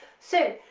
so,